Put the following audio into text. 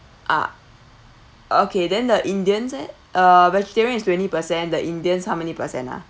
ah okay then the indians leh uh vegetarian is twenty percent the indians how many percent ah